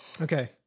Okay